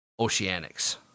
Oceanics